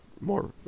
more